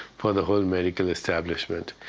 for the whole medical establishment,